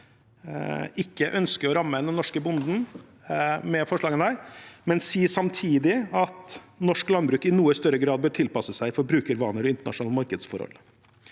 ikke ønsker å ramme den norske bonden med forslagene, men sier samtidig at norsk landbruk i noe større grad bør tilpasse seg forbrukervaner og internasjonale markedsforhold.